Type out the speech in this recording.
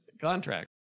Contract